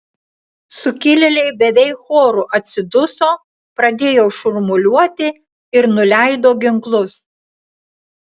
sukilėliai beveik choru atsiduso pradėjo šurmuliuoti ir nuleido ginklus